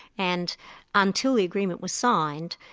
and until the agreement was signed,